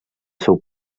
seu